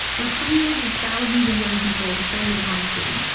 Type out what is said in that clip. where hundreds of thousands of young people descended upon the city.